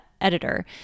editor